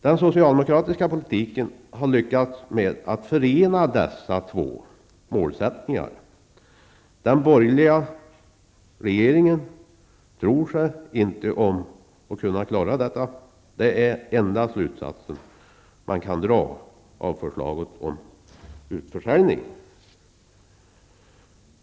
Den socialdemokratiska politiken har lyckats med att förena dessa två målsättningar. Den borgerliga regeringen tror sig inte om att kunna klara detta. Det är den enda slutsats man kan dra av förslaget om utförsäljning.